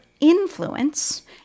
Influence